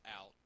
out